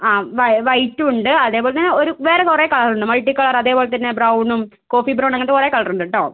ആ വൈറ്റും ഉണ്ട് അതേപോലെന്നെ വേറെ കുറേ കളർ ഉണ്ട് മൾട്ടി കളർ അതേപോലെതന്നെ ബ്രൗണും കോഫി ബ്രൗൺ അങ്ങനത്തെ കുറേ കളർ ഉണ്ട് കേട്ടോ